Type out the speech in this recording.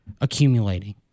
accumulating